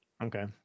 Okay